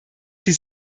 sie